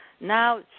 now